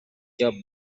job